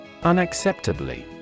Unacceptably